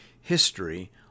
history